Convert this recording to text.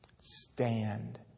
Stand